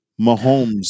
Mahomes